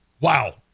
wow